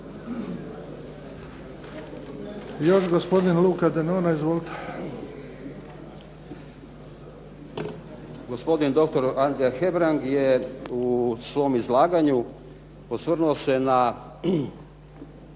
Još gospodin Luka Denona, izvolite.